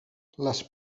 les